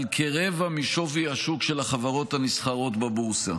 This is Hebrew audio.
על כרבע משווי השוק של החברות הנסחרות בבורסה.